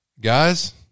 Guys